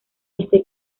este